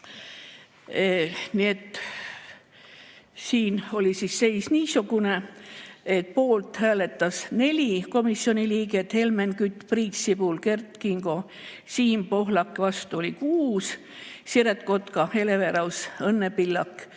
Siin oli seis niisugune, et poolt hääletas 4 komisjoni liiget: Helmen Kütt, Priit Sibul, Kert Kingo, Siim Pohlak. Vastu oli 6: Siret Kotka, Hele Everaus, Õnne Pillak,